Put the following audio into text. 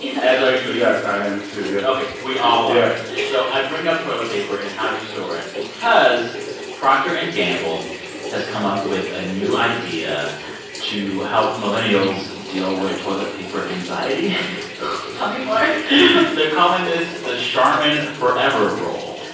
yeah as are you yes, i am too. yeah ok. we all are yeah so i bring up toilet paper and how you store it because procter and gamble has come up with a new idea to help millennials deal with toilet paper anxiety tell me more they're calling this the charmin forever roll.